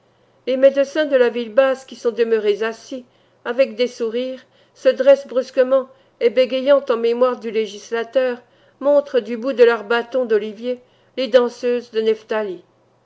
les médecins de la ville basse qui sont demeurés assis avec des sourires se dressent brusquement et bégayant en mémoire du législateur montrent du bout de leurs bâtons d'olivier les danseuses de